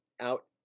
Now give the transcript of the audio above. out